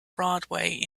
broadway